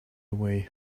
away